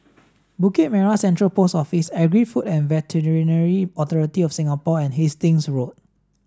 Bukit Merah Central Post Office Agri Food and Veterinary Authority of Singapore and Hastings Road